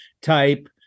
type